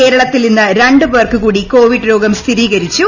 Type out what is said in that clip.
കേരളത്തിൽ ഇന്ന് രണ്ടു പേർക്ക് കൂടി കോവിഡ് രോഗം സ്ഥിരീകരിച്ചു